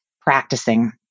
practicing